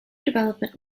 development